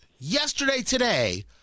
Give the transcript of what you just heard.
yesterday-today